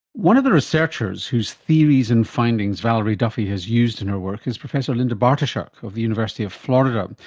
one of the researchers whose theories and findings valerie duffy has used in her work is professor linda bartoshuk of the university of florida,